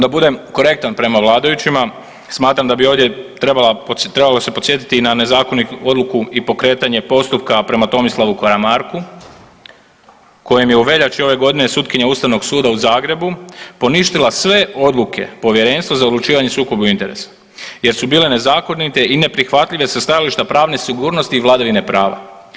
Da budem korektan prema vladajućima, smatram da bi ovdje trebalo se podsjetiti i na nezakonitu odluku i pokretanje postupka prema Tomislavu Karamarku kojem je u veljači ove godine sutkinja Ustavnog suda u Zagrebu poništila sve odluka Povjerenstva za odlučivanje o sukobu interesa jer su bile nezakonite i neprihvatljive sa stajališta pravne sigurnosti i vladavine prava.